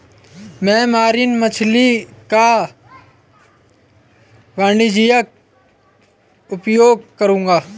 मैं मरीन मछली का वाणिज्यिक उपयोग करूंगा